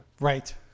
Right